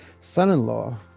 son-in-law